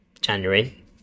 January